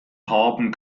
haben